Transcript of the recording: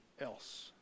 else